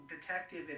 detective